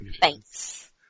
Thanks